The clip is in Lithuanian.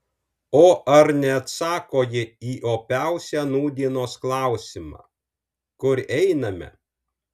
o ar neatsako ji į opiausią nūdienos klausimą kur einame